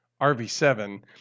RV7